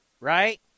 right